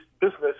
business